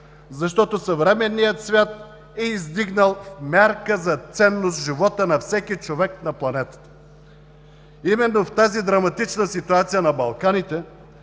защото съвременният свят е издигнал в мярка за ценност живота на всеки човек на планетата.“ Именно в тази драматична ситуация на Балканите,